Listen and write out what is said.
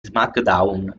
smackdown